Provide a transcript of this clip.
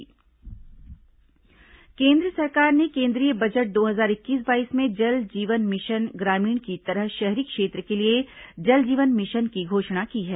जल जीवन मिशन केन्द्र सरकार ने केन्द्रीय बजट दो हजार इक्कीस बाईस में जल जीवन मिशन ग्रामीण की तरह शहरी क्षेत्र के लिए जल जीवन मिशन की घोषणा की है